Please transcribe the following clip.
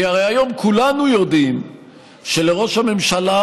כי הרי היום כולנו יודעים שלראש הממשלה